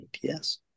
yes